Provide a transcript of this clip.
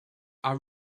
are